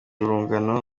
urungano